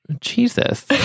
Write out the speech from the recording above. Jesus